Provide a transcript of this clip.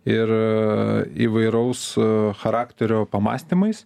ir įvairaus charakterio pamąstymais